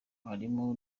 harimo